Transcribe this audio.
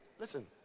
Listen